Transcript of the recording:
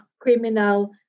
criminal